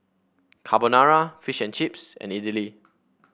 Carbonara Fish and Chips and Idili